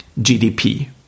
GDP